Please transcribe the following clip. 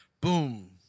Boom